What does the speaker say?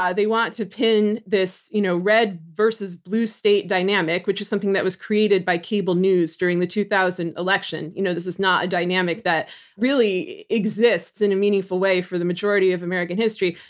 they want to pin this you know red versus blue state dynamic which is something that was created by cable news during the two thousand election. you know this is not a dynamic that really exists in a meaningful way for the majority of american history.